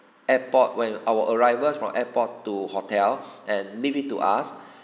airport when our arrivals from airport to hotel and leave it to us